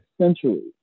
centuries